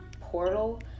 portal